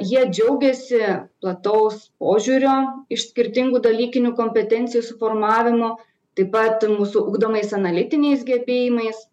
jie džiaugiasi plataus požiūrio iš skirtingų dalykinių kompetencijų suformavimu taip pat mūsų ugdomais analitiniais gebėjimais